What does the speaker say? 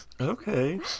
Okay